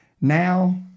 Now